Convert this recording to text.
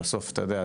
בסוף אתה יודע,